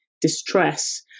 distress